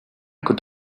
could